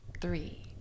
three